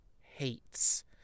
hates